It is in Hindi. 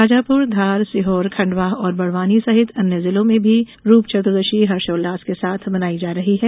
शाजापुर धार सीहोर खंडवा और बड़वानी सहित अन्य जिलों में भी रूप चतुर्दशी हर्षोल्लास के साथ मनाई जा रही है